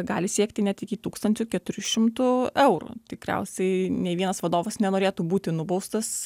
gali siekti net iki tūkstančio keturių šimtų eurų tikriausiai nei vienas vadovas nenorėtų būti nubaustas